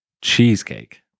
Cheesecake